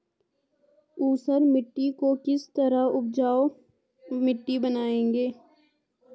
ऊसर मिट्टी को किस तरह उपजाऊ मिट्टी बनाएंगे?